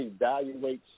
evaluates